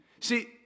See